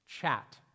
Chat